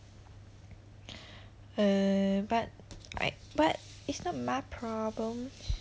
err but I but it's not my problem